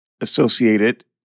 associated